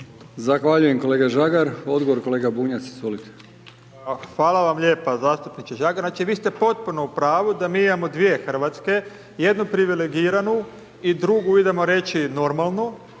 Hvala vam lijepo zastupniče Žagar, znači vi ste potpuno u pravu da mi imamo 2 Hrvatske, jednu privilegiranu, i drugu, idemo reći normalnu,